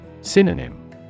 Synonym